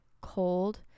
cold